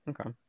Okay